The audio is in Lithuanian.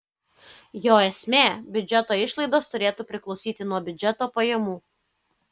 jo esmė biudžeto išlaidos turėtų priklausyti nuo biudžeto pajamų